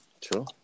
True